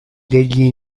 degli